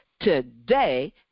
today